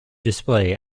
display